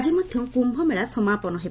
ଆଜି ମଧ୍ୟ କ୍ୟୁମେଳା ସମାପନ ହେବ